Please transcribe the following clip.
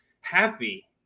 happy